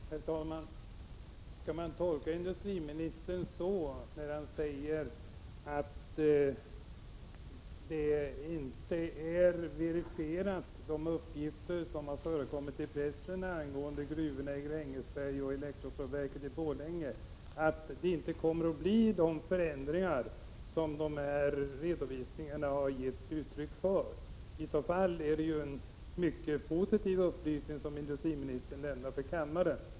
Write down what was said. Herr talman! Skall man tolka industriministerns uttalande att uppgifterna i pressen angående gruvorna i Grängesberg och elektrostålverket i Borlänge inte är auktoriserade, så, att de förändringar som enligt dessa skall genomföras inte kommer att ske? I så fall är det en mycket positiv upplysning som industriministern lämnar här i kammaren.